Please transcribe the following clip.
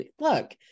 Look